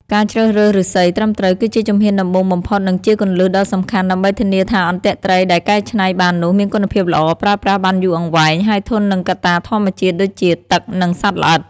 ការជ្រើសរើសឫស្សីត្រឹមត្រូវ គឺជាជំហានដំបូងបំផុតនិងជាគន្លឹះដ៏សំខាន់ដើម្បីធានាថាអន្ទាក់ត្រីដែលកែច្នៃបាននោះមានគុណភាពល្អ ប្រើប្រាស់បានយូរអង្វែង ហើយធន់នឹងកត្តាធម្មជាតិដូចជាទឹកនិងសត្វល្អិត។